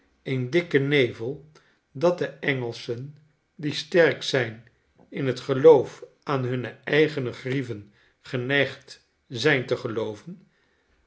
een dikken nevel dat de engelschen die sterk zijn in het geloof aan hunne eigene grieven geneigd zijn te gelooven